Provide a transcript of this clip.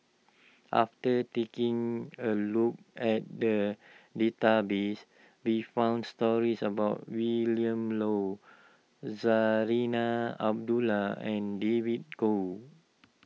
after taking a look at the database we found stories about Willin Low Zarinah Abdullah and David Kwo